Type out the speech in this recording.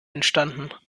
entstanden